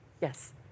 Yes